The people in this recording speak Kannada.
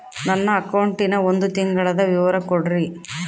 ನನ್ನ ಅಕೌಂಟಿನ ಒಂದು ತಿಂಗಳದ ವಿವರ ಕೊಡ್ರಿ?